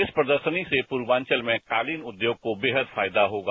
इस प्रदर्शनी से पूर्वाचल में कालीन उद्योग को बेहद फायदा होगा